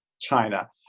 China